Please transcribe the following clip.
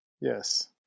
Yes